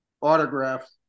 autographed